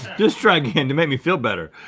just try again to make me feel better.